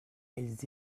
elles